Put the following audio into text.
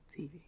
TV